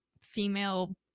female